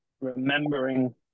remembering